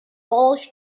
bulge